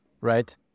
right